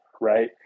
right